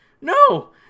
No